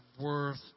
worth